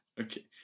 okay